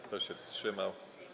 Kto się wstrzymał?